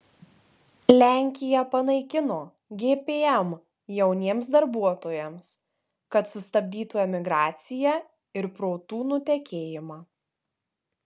lenkija panaikino gpm jauniems darbuotojams kad sustabdytų emigraciją ir protų nutekėjimą